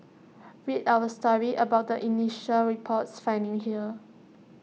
read our story about the initial report's findings here